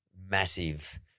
massive